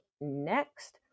next